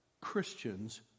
Christians